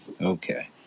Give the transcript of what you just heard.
Okay